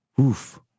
Oof